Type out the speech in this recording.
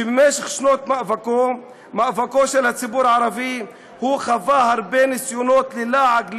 שבמשך שנות מאבקו של הציבור הערבי חווה הרבה ניסיונות ללעג,